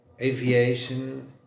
aviation